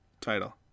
title